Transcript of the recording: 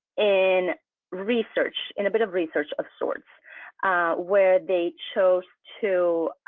in research in a bit of research of sorts where they chose to.